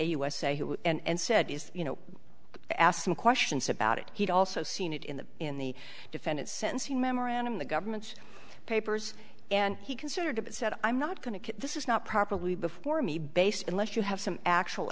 usa who and said is you know i asked him questions about it he'd also seen it in the in the defendant's sentencing memorandum the government papers and he considered it said i'm not going to this is not probably before me based unless you have some actual